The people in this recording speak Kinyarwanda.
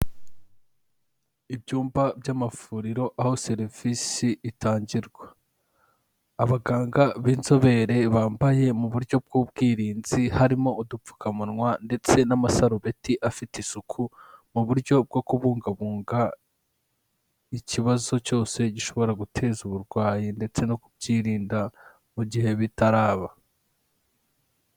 Ibyumba by'amavuriro aho serivisi itangirwa, abaganga b'inzobere bambaye mu buryo bw'ubwirinzi, harimo udupfukamunwa ndetse n'amasarobeti afite isuku mu buryo bwo kubungabunga ikibazo cyose gishobora guteza uburwayi ndetse no kubyirinda mu gihe bitaraba.